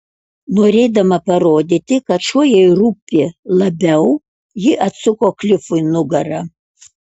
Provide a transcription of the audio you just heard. norėdama parodyti kad šuo jai rūpi labiau ji atsuko klifui nugarą